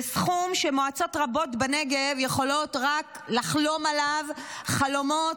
זה סכום שמועצות רבות בנגב יכולות רק לחלום עליו חלומות,